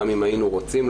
גם אם היינו רוצים,